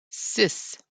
six